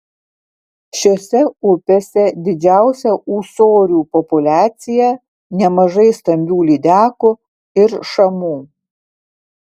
šiose upėse didžiausia ūsorių populiacija nemažai stambių lydekų ir šamų